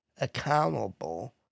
Accountable